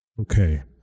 Okay